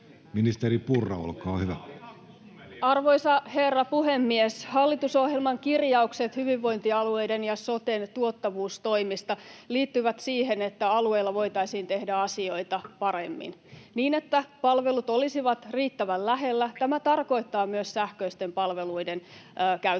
Ministeri Purra, olkaa hyvä. Arvoisa herra puhemies! Hallitusohjelman kirjaukset hyvinvointialueiden ja soten tuottavuustoimista liittyvät siihen, että alueilla voitaisiin tehdä asioita paremmin ja niin, että palvelut olisivat riittävän lähellä. Tämä tarkoittaa myös sähköisten palveluiden käyttämistä.